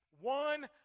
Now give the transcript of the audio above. one